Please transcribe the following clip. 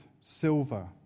silver